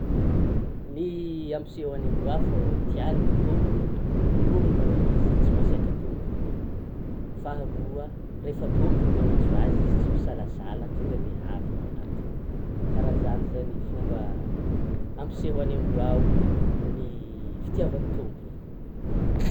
Ny ampisehoan'ny amboa foa tiany ny tompony, voalohany maloa izy tsy masiaka tompony, faharoa, rehefa tompony manantso azy tsy misalasala tonga dia avy manantona, karan'izany izany ny fomba hampisehoan'ny amboa ny fitiavany ny tompony.